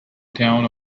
town